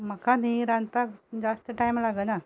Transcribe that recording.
म्हाका नी रांदपाक जास्त टायम लागना